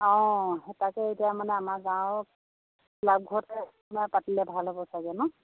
অঁ সেই তাকে এতিয়া মানে আমাৰ গাঁৱত ক্লাৱঘৰতে পাতিলে ছাগৈ ভাল হ'ব ন